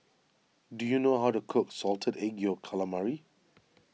do you know how to cook Salted Egg Yolk Calamari